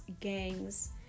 gangs